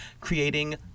creating